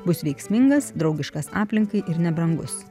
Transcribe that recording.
bus veiksmingas draugiškas aplinkai ir nebrangus